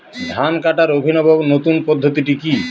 ধান কাটার অভিনব নতুন পদ্ধতিটি কি?